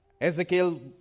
Ezekiel